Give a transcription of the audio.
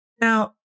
Now